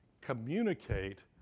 Communicate